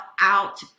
out